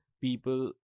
People